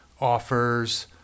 offers